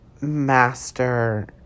master